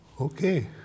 Okay